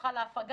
הפכה להפגה,